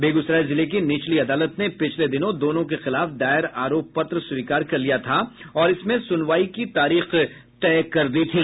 बेगूसराय जिले की निचली अदालत ने पिछले दिनों दोनों के खिलाफ दायर आरोप पत्र स्वीकार कर लिया था और इसमें सुनवाई की तारीख तय कर दी थी